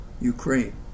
Ukraine